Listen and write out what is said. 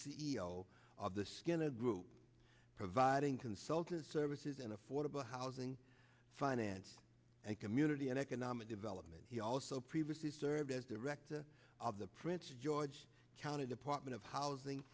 o of the skinner group providing consultancy services and affordable housing finance and community and economic development he also previously served as director of the prince george county department of housing